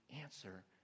answer